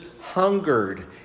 hungered